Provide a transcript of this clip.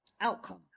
outcome